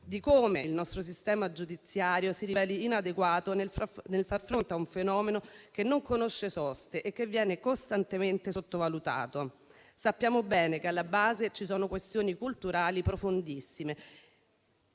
di come il nostro sistema giudiziario si riveli inadeguato a far fronte a un fenomeno che non conosce soste e che viene costantemente sottovalutato. Sappiamo bene che alla base ci sono questioni culturali profondissime